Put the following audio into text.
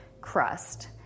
crust